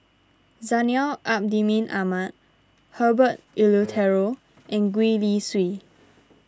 Zainal Abidin Ahmad Herbert Eleuterio and Gwee Li Sui